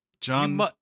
John